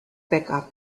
backup